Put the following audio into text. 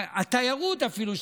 התיירות אפילו,